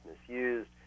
misused